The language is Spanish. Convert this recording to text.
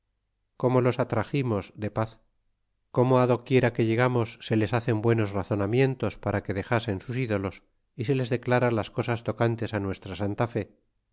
como los atraximos de paz como doquiera que llegamos se les hacen buenos razonamientos para que dexasen sus ídolos y se les declara las cosas tocantes nuestra santa